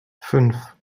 fünf